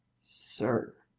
sir.